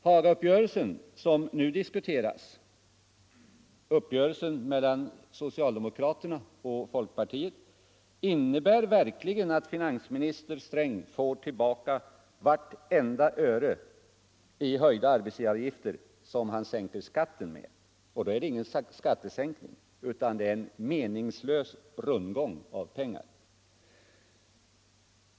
Hagauppgörelsen mellan socialdemokraterna och folkpartiet, som nu diskuteras, innebär verkligen att finansminister Sträng i höjda arbetsgivaravgifter får tillbaka vartenda öre som han sänker skatten med. Då är det ingen skattesänkning utan en meningslös rundgång av pengar.